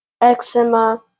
eczema